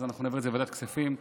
אז נעביר את זה לוועדת כספים.